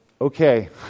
okay